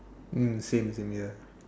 mm same same ya